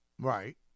Right